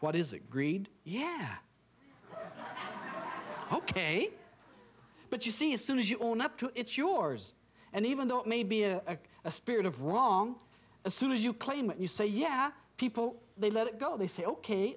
what is it greed yeah ok but you see as soon as your own up to it's yours and even though it may be a spirit of wrong as soon as you claim what you say yeah people they let it go they say ok